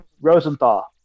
Rosenthal